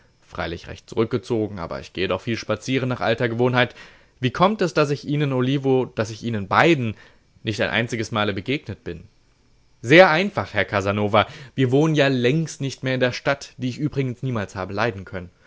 freilich recht zurückgezogen aber ich gehe doch viel spazieren nach alter gewohnheit wie kommt es daß ich ihnen olivo daß ich ihnen beiden nicht ein einziges mal begegnet bin sehr einfach herr casanova wir wohnen ja längst nicht mehr in der stadt die ich übrigens niemals habe leiden können